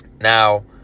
now